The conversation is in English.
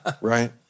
right